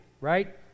right